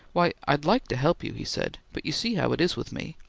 why, i'd like to help you, he said, but you see how it is with me.